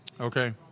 Okay